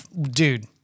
Dude